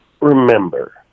remember